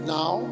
Now